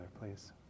please